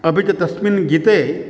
अपि च तस्मिन् गीते